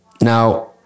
Now